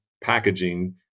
packaging